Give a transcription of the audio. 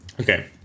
Okay